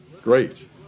Great